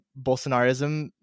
Bolsonarism